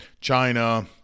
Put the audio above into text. China